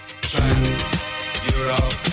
Trans-Europe